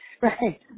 Right